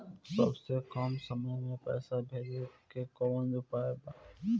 सबसे कम समय मे पैसा भेजे के कौन उपाय बा?